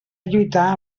lluitar